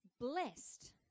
Blessed